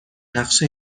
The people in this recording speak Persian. نقشه